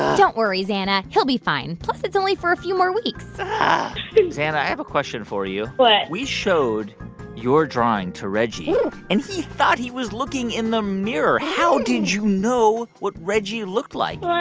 don't worry, zana. he'll be fine. plus, it's only for a few more weeks ah zana, i have a question for you what? we showed your drawing to reggie and he thought he was looking in the mirror. how did you know what reggie looked like? well,